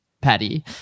patty